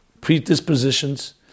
predispositions